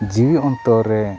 ᱡᱤᱣᱤ ᱚᱱᱛᱚᱨ ᱨᱮ